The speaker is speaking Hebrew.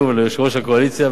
ליושב-ראש הקואליציה ולך,